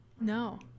No